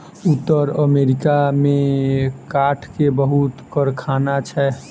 उत्तर अमेरिका में काठ के बहुत कारखाना छै